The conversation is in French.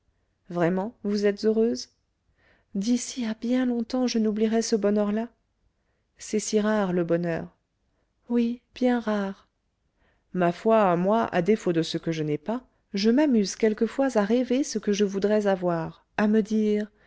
vraiment vous êtes heureuse d'ici à bien longtemps je n'oublierai ce bonheur-là c'est si rare le bonheur oui bien rare ma foi moi à défaut de ce que je n'ai pas je m'amuse quelquefois à rêver ce que je voudrais avoir à me dire